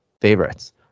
favorites